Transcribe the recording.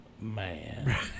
Man